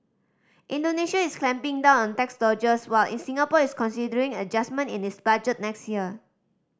Indonesia is clamping down on tax dodgers while in Singapore is considering adjustment in its budget next year